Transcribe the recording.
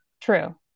True